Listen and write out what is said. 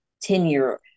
tenure